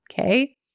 okay